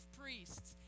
priests